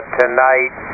tonight